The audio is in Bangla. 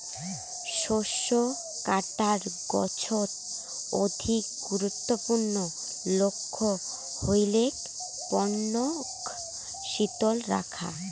শস্য কাটার পাছত অধিক গুরুত্বপূর্ণ লক্ষ্য হইলেক পণ্যক শীতল রাখা